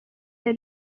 wayo